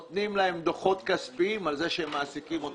נותנים להם דוחות כספיים על כך שהם מעסיקים את